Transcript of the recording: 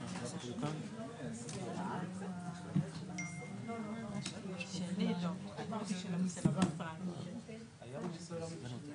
אם מישהו מוכר ערב קבלת ההיתר או ערב הפינוי דירה,